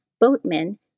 boatmen